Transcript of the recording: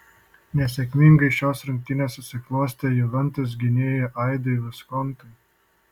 nesėkmingai šios rungtynės susiklostė juventus gynėjui aidui viskontui